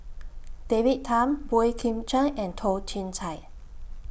David Tham Boey Kim Cheng and Toh Chin Chye